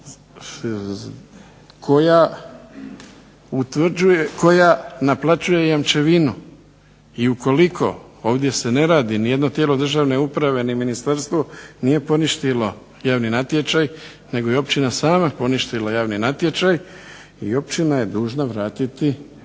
koja naplaćuje jamčevinu i ukoliko ovdje se ne radi, nijedno tijelo državne uprave ni ministarstvo nije poništilo javni natječaj nego je općina sama poništila javni natječaj i općina je dužna vratiti